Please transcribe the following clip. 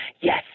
Yes